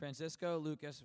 francisco lucas